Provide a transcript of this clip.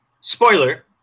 spoiler